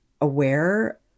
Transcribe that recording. aware